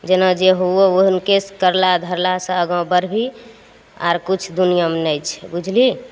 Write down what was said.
जेना जे हुऔ हुनके करला धरलासँ आगा बढ़बही आर किछु दुनिआँमे नहि छै बुझलिही